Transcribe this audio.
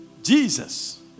Jesus